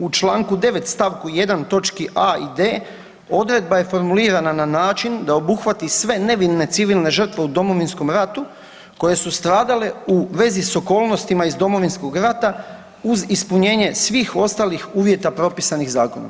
U čl. 9. st. 1. točki a i d odredba je formulirana na način da obuhvati sve nevine civilne žrtve u Domovinskom ratu koje su stradale u vezi s okolnostima iz Domovinskog rata uz ispunjenje svih ostalih uvjeta propisanih zakonom.